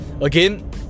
again